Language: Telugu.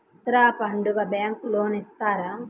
దసరా పండుగ బ్యాంకు లోన్ ఇస్తారా?